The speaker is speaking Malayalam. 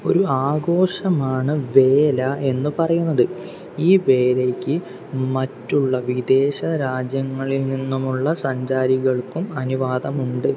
ഒരു ആഘോഷമാണ് വേല എന്ന് പറയുന്നത് ഈ വേലയ്ക്ക് മറ്റുള്ള വിദേശ രാജ്യങ്ങളിൽ നിന്നുമുള്ള സഞ്ചാരികൾക്കും അനുവാദമുണ്ട്